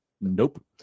Nope